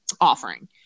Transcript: offering